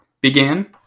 began